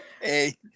Hey